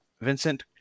Vincent